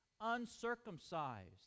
uncircumcised